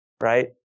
right